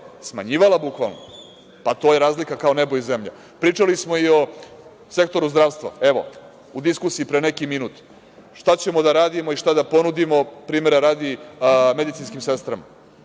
smanjivala bukvalno. To je razlika kao nebo i zemlja. Pričali smo i o sektoru zdravstva, evo, u diskusiji pre neki minut, šta ćemo da radimo i šta da ponudimo primera radi, medicinskim sestrama?